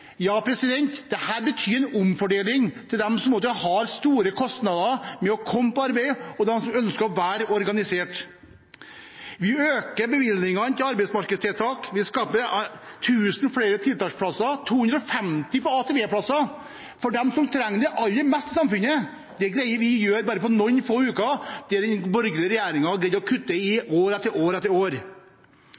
betyr en omfordeling til de som har store kostnader med å komme på arbeid, og de som ønsker å være organisert. Vi øker bevilgningene til arbeidsmarkedstiltak. Vi skaper tusen flere tiltaksplasser – 250 VTA-plasser for de som trenger det aller mest i samfunnet. Dette greier vi å gjøre på bare noen få uker, der den borgerlige regjeringen kuttet år etter år. Vi rydder opp i